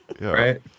Right